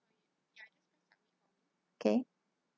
K